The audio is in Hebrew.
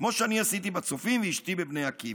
כמו שאני עשיתי בצופים ואשתי בבני עקיבא.